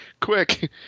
quick